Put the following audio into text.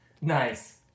Nice